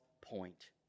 point